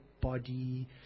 body